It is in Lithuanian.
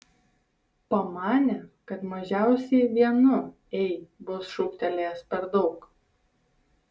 pamanė kad mažiausiai vienu ei bus šūktelėjęs per daug